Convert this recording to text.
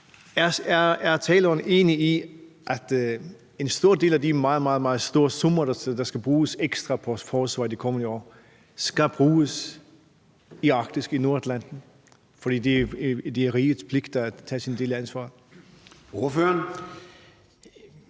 Er taleren enig i, at en stor del af de meget, meget store summer, der skal bruges ekstra på forsvar i de kommende år, skal bruges i Arktis, i Nordatlanten, fordi det er rigets pligt at tage sin del af ansvaret?